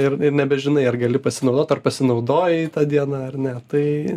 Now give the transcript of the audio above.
ir ir nebežinai ar gali pasinaudot ar pasinaudojai ta diena ar ne tai